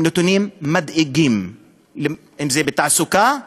הם נתונים מדאיגים, אם זה בתעסוקה,